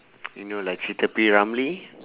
you know like cheater play